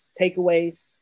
takeaways